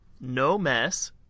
no-mess